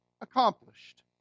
accomplished